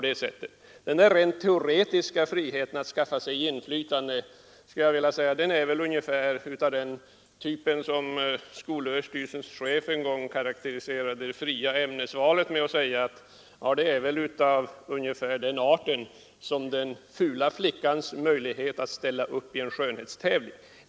Denna rent teoretiska frihet att skaffa sig inflytande är av ungefär samma typ som den frihet skolöverstyrelsens chef en gång då det gällde det fria ämnesvalet karakteriserade med att säga att friheten i fråga är lika stor som den fula 23 flickans möjlighet att ställa upp i en skönhetstävling.